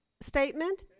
statement